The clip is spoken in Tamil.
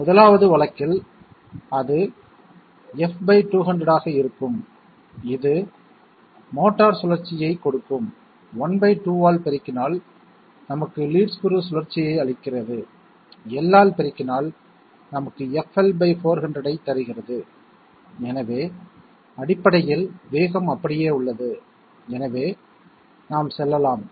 1 வது வழக்கில் அது F 200 ஆக இருக்கும் இது மோட்டார் சுழற்சியைக் கொடுக்கும் ½ ஆல் பெருக்கினால் நமக்கு லீட் ஸ்க்ரூ சுழற்சியை அளிக்கிறது L ஆல் பெருக்கினால் நமக்கு FL 400 ஐ தருகிறது எனவே அடிப்படையில் வேகம் அப்படியே உள்ளது எனவே நாம் செல்லலாம்